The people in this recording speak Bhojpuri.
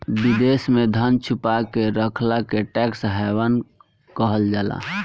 विदेश में धन छुपा के रखला के टैक्स हैवन कहल जाला